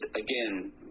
again